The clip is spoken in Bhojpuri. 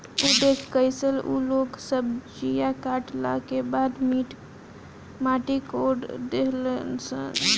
उ देखऽ कइसे उ लोग सब्जीया काटला के बाद माटी कोड़ देहलस लो